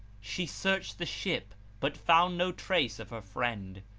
she searched the ship, but found no trace of her friend,